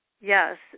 Yes